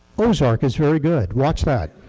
ozark is very good. watch that.